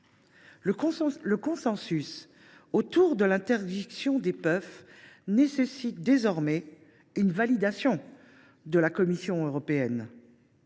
le consensus autour de l’interdiction des puffs nécessite désormais une validation de la Commission européenne.